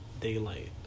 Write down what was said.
daylight